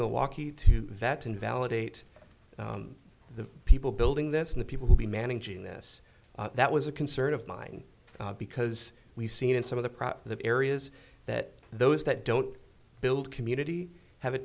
milwaukee to vet and validate the people building this and the people will be managing this that was a concern of mine because we've seen in some of the the areas that those that don't build community have a